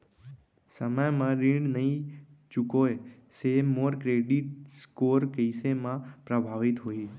समय म ऋण नई चुकोय से मोर क्रेडिट स्कोर कइसे म प्रभावित होही?